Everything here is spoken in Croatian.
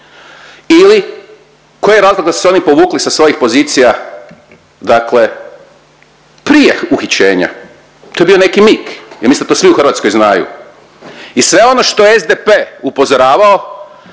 Ili koji je razlog da su se oni povukli sa svojih pozicija, dakle prije uhićenja. To je bio neki mig. Ja mislim da to svi u Hrvatskoj znaju. I sve ono što je SDP upozoravao